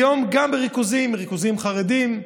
היום, גם בריכוזים חרדיים,